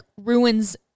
ruins